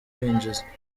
winjiza